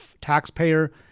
taxpayer